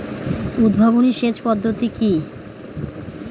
উদ্ভাবনী সেচ পদ্ধতি কি?